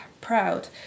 proud